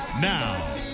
Now